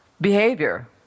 behavior